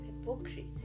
hypocrisy